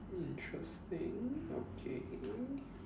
interesting okay